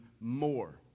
more